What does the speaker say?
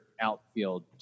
outfield